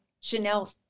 Chanel